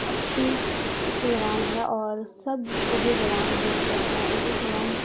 اچھی اچھی زبان ہے اور سب اردو زبان بولتے ہیں اردو زوان